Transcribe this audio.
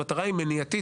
המטרה היא מניעתית,